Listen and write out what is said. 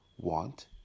want